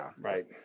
Right